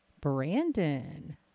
Brandon